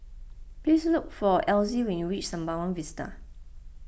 please look for Elzy when you reach Sembawang Vista